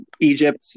Egypt